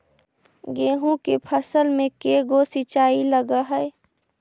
गेहूं के फसल मे के गो सिंचाई लग हय?